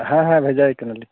ᱦᱮᱸ ᱦᱮᱸ ᱵᱷᱮᱡᱟᱭᱮ ᱠᱟᱱᱟ ᱞᱤᱧ